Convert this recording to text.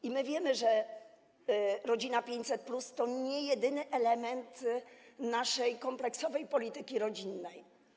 I my wiemy, że „Rodzina 500+” to nie jedyny element naszej kompleksowej polityki rodzinnej.